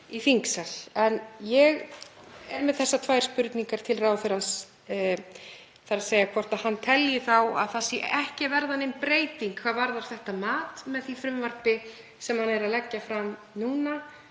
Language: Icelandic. í þingsal. En ég hef þessar tvær spurningar til ráðherrans, þ.e. hvort hann telji þá að ekki verði nein breyting hvað varðar þetta mat með því frumvarpi sem hann er að leggja fram núna,